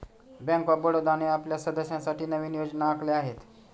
bank of बडोदाने आपल्या सदस्यांसाठी नवीन योजना आखल्या आहेत